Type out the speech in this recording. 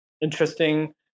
interesting